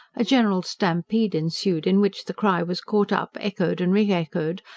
a general stampede ensued in which the cry was caught up, echoed and re-echoed,